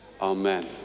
amen